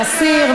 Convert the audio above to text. להסיר,